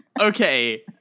Okay